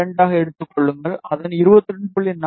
2 ஆக எடுத்துக் கொள்ளுங்கள் அதன் 22